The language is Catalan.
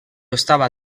estava